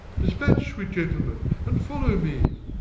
dispatch, sweet gentlemen, and follow me.